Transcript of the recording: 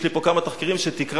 יש לי פה כמה תחקירים שתקרא,